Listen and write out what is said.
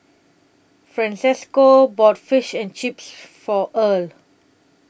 Francesco bought Fish and Chips For Earle